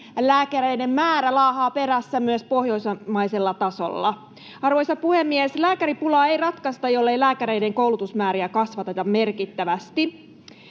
Lääkäreiden määrä laahaa perässä myös pohjoismaisella tasolla. Arvoisa puhemies! Lääkäripulaa ei ratkaista, jollei lääkäreiden koulutusmääriä kasvateta merkittävästi.